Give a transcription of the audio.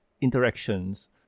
interactions